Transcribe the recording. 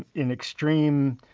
in extreme,